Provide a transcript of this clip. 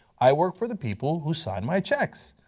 i work for the people who signed my checks,